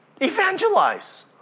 Evangelize